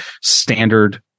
standard